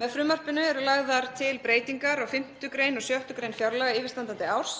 Með frumvarpinu eru lagðar til breytingar á 5. og 6. gr. fjárlaga yfirstandandi árs.